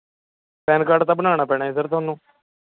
PAN card ਤਾਂ ਬਣਾਉਣਾ ਪੈਣਾ ਫਿਰ ਤੁਹਾਨੂੰ